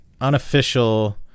unofficial